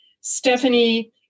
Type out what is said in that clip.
Stephanie